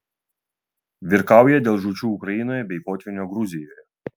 virkauja dėl žūčių ukrainoje bei potvynio gruzijoje